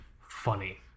funny